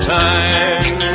time